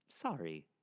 sorry